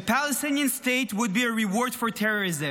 A Palestinian state would be a reward for terrorism.